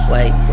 Wait